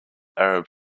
arab